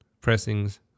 pressings